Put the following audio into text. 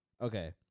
Okay